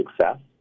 success